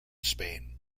spain